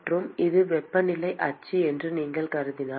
மற்றும் இது வெப்பநிலை அச்சு என்று நீங்கள் கருதினால்